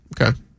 Okay